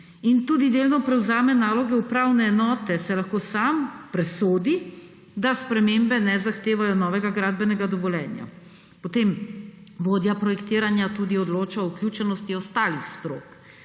in tudi delno prevzame naloge upravne enote, saj lahko sam presodi, da spremembe ne zahtevajo novega gradbenega dovoljenja. Potem vodja projektiranja tudi odloča o vključenosti ostalih strok.